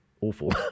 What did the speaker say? awful